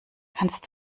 kannst